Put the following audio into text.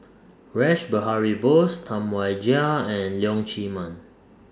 Rash Behari Bose Tam Wai Jia and Leong Chee Mun